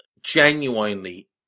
genuinely